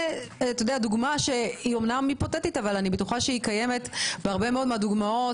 דוגמה היפותטית אבל אני בטוחה שהיא קיימת בהרבה מאוד דוגמאות